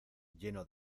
lleno